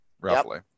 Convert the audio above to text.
Roughly